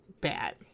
bad